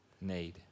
need